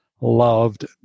loved